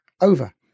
over